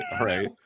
right